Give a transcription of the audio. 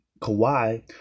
Kawhi